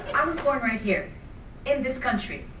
i was born right here in this country.